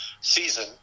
season